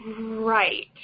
Right